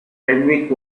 renwick